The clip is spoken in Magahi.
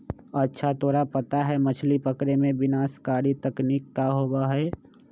अच्छा तोरा पता है मछ्ली पकड़े में विनाशकारी तकनीक का होबा हई?